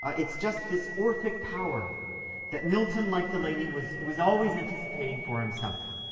it's just this orphic power that milton, like the lady, was was always anticipating for himself.